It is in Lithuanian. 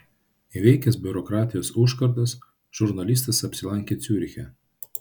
įveikęs biurokratijos užkardas žurnalistas apsilankė ciuriche